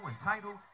entitled